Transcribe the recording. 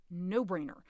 no-brainer